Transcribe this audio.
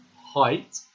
height